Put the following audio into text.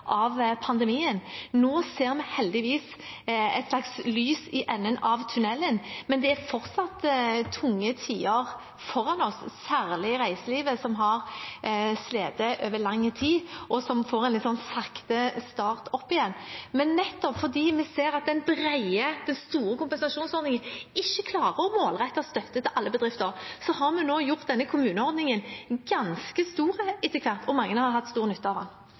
av pandemien. Nå ser vi heldigvis et slags lys i enden av tunnelen, men det er fortsatt tunge tider foran oss, og særlig for reiselivet, som har slitt over lang tid, og som får en litt sånn sakte oppstart igjen. Nettopp fordi vi ser at den brede, store kompensasjonsordningen ikke klarer å målrette støtte til alle bedrifter, har vi nå gjort denne kommuneordningen ganske stor etter hvert, og mange har hatt stor nytte av